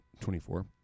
24